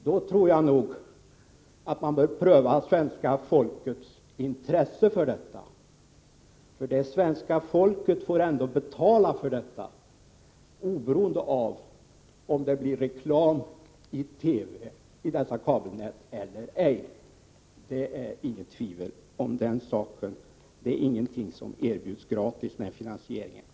Då tror jag nog att man bör pröva svenska folkets intresse för detta, eftersom det är svenska folket som får betala för detta, oberoende av om det blir reklam i TV i dessa kabelnät eller ej. Det är inget tvivel om den saken. Den finansieringen är ingenting som erbjuds gratis.